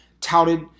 touted